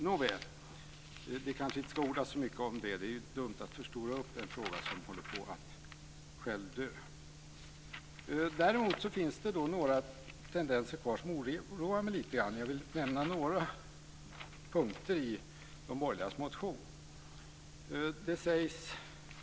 Nåväl, det ska kanske inte ordas så mycket om det. Det är dumt att förstora en fråga som håller på att självdö. Däremot finns några tendenser kvar som oroar mig lite grann och jag vill nämna några punkter i de borgerligas motion.